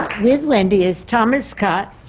with wendy is thomas cott,